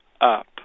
up